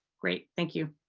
great. thank you.